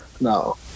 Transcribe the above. no